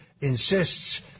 insists